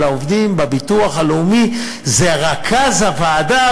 של העובדים בביטוח הלאומי זה רכז הוועדה,